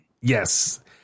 Yes